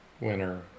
winner